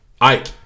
Ike